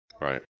Right